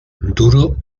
duro